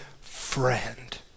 friend